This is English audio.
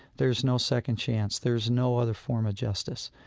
there's no second chance, there's no other form of justice.